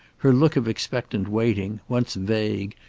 her look of expectant waiting, once vague,